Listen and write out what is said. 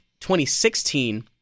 2016